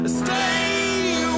stay